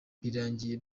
birangiye